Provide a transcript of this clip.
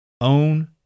Own